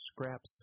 scraps